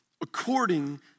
according